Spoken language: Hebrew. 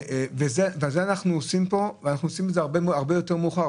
זה אנחנו עושים כאן ואנחנו עושים הרבה יותר מאוחר.